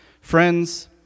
Friends